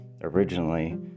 originally